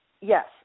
Yes